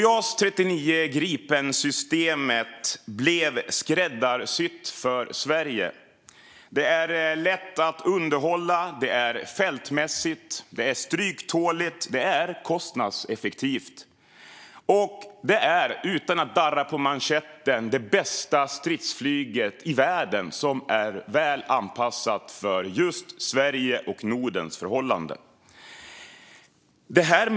Jas 39 Gripen-systemet blev skräddarsytt för Sverige. Det är lätt att underhålla, fältmässigt, stryktåligt och kostnadseffektivt. Utan att darra på manschetten kan jag säga att det är det bästa stridsflygplanet i världen, och väl anpassat till Sveriges och Nordens förhållanden.